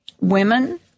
Women